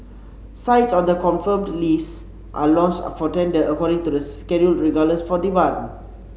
sites on the confirmed list are launched for tender according to the schedule regardless for demand